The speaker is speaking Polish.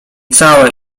całe